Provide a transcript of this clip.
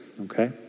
okay